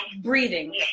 breathing